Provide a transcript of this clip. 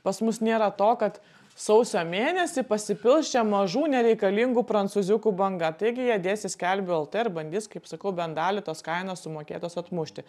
pas mus nėra to kad sausio mėnesį pasipils čia mažų nereikalingų prancūziukų banga taigi jie dės į skelbiu lt ir bandys kaip sakau bent dalį tos kainos sumokėtos atmušti